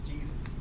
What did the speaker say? Jesus